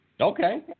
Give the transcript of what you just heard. Okay